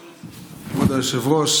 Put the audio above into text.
נכבדה, ראש